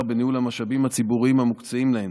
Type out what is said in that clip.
בניהול המשאבים הציבוריים המוקצים להן.